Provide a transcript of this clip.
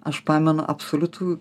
aš pamenu absoliutų